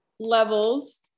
Levels